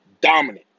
dominant